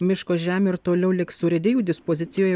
miško žemė ir toliau liks urėdijų dispozicijoj